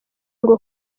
ngo